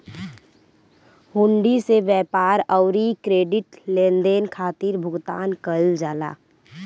हुंडी से व्यापार अउरी क्रेडिट लेनदेन खातिर भुगतान कईल जाला